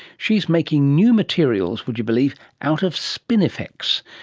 she is making new materials, would you believe, out of spinifex.